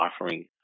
offering